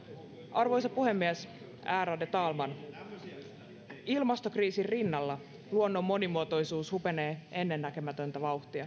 arvoisa puhemies ärade talman ilmastokriisin rinnalla luonnon monimuotoisuus hupenee ennennäkemätöntä vauhtia